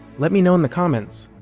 let me know in the comments!